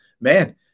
man